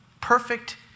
perfect